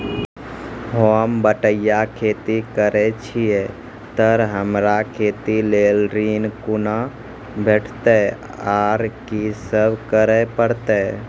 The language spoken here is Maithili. होम बटैया खेती करै छियै तऽ हमरा खेती लेल ऋण कुना भेंटते, आर कि सब करें परतै?